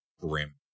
grim